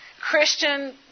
Christian